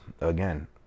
Again